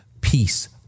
peace